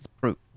proof